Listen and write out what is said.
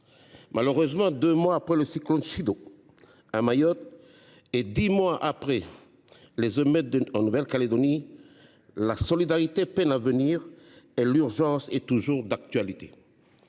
Malheureusement, deux mois après le cyclone Chido, à Mayotte, et dix mois après les émeutes en Nouvelle Calédonie, la solidarité peine à se manifester et l’urgence est toujours d’actualité.